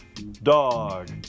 Dog